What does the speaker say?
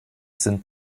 sind